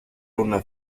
una